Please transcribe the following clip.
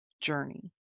journey